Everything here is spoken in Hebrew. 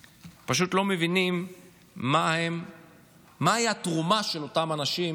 הם פשוט לא מבינים מהי התרומה של אותם אנשים,